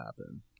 happen